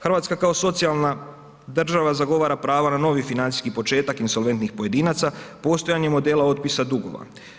Hrvatska kao socijalna država zagovara pravo na novi financijski početak insolventnih pojedinaca, postojanje modela otpisa dugova.